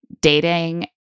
dating